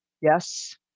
yes